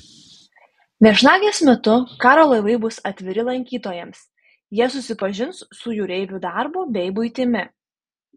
viešnagės metu karo laivai bus atviri lankytojams jie susipažins su jūreivių darbu bei buitimi